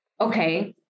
Okay